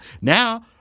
Now